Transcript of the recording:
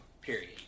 period